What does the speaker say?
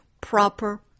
proper